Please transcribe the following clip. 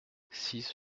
six